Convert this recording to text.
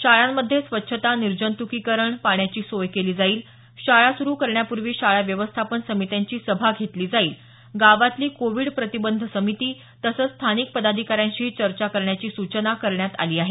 शाळांमध्ये स्वच्छता निर्जंतुकीकरण पाण्याची सोय केली जाईल शाळा सुरु करण्यापूर्वी शाळा व्यवस्थापन समित्यांची सभा घेतली जाईल गावातली कोविड प्रतिबंध समिती तसंच स्थानिक पदाधिकाऱ्यांशीही चर्चा करण्याची सूचनाही करण्यात आली आहे